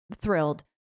thrilled